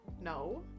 No